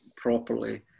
properly